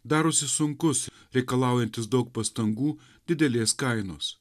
darosi sunkus reikalaujantis daug pastangų didelės kainos